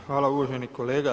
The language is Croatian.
Hvala uvaženi kolega.